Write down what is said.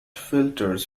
filters